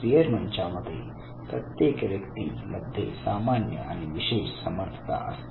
Spearman च्या मते प्रत्येक व्यक्ती मध्ये सामान्य आणि विशेष समर्थता असते